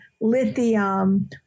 lithium